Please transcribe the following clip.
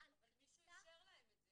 על קריסה --- אבל מישהו אישר להם את זה.